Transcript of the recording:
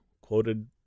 quoted